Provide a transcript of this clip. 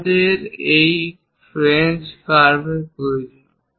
আমাদের এই French carver প্রয়োজন